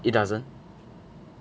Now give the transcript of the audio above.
it doesn't